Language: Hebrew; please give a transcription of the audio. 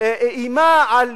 איימה על